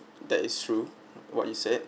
that is true what he said